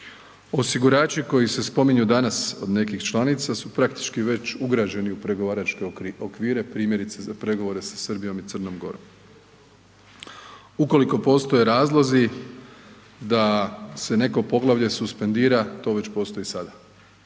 Osigurači koji se spominju danas od nekih članica su praktički već ugrađeni u pregovaračke okvire, primjerice za pregovore sa Srbijom i Crnom Gorom. Ukoliko postoje razlozi da se neko poglavlje suspendira, to već postoji sada.